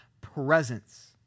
presence